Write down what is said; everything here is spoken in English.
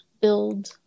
build